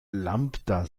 lambda